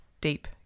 deep